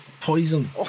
Poison